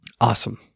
Awesome